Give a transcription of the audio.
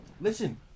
Listen